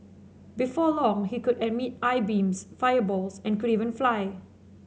before long he could emit eye beams fireballs and could even fly